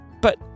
But